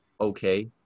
okay